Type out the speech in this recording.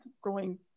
growing